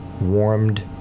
warmed